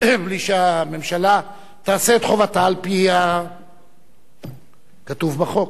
בלי שהממשלה תעשה את חובתה, על-פי הכתוב בחוק.